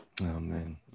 Amen